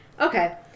Okay